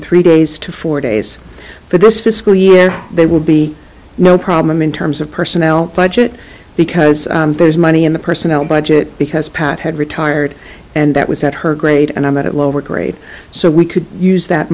three days to four days but this fiscal year they will be no problem in terms of personnel budget because there's money in the personnel budget because pat had retired and that was at her grade and i'm at lower grade so we could use that